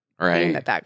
Right